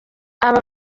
aba